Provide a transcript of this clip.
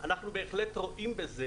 אנחנו בהחלט רואים בזה